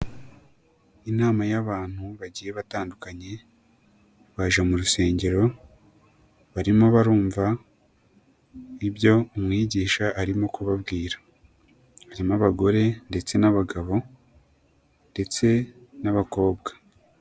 Inama y'abantu bagiye batandukanye, baje mu rusengero barimo barumva ibyo umwigisha arimo kubabwira. harimo abagore ndetse n'abagabo ndetse n'abakobwa.